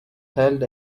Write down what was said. held